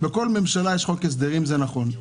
בכל ממשלה יש חוק הסדרים, זה נכון.